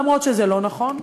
אפילו שזה לא נכון,